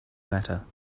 matter